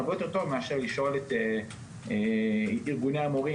זה הרבה יותר טוב מלשאול את ארגוני המורים,